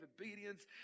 obedience